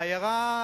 בעיירה